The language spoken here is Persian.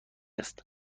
است